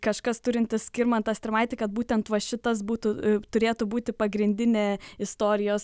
kažkas turintis skirmantą strimaitį kad būtent va šitas būtų turėtų būti pagrindinė istorijos